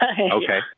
Okay